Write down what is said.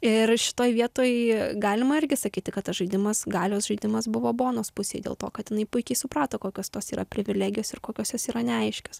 ir šitoj vietoj galima irgi sakyti kad tas žaidimas galios žaidimas buvo bonos pusėj dėl to kad jinai puikiai suprato kokios tos yra privilegijos ir kokios jos yra neaiškios